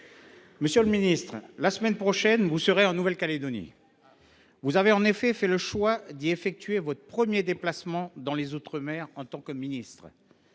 Monsieur le ministre, la semaine prochaine, vous serez en Nouvelle Calédonie. Vous avez fait le choix d’y effectuer votre premier déplacement dans les outre mer en tant que ministre.